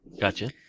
Gotcha